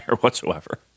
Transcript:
whatsoever